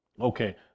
Okay